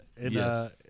Yes